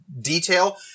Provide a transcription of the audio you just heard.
detail